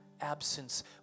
absence